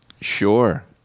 Sure